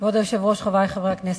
כבוד היושב-ראש, חברי חברי הכנסת,